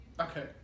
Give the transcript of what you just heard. Okay